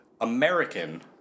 American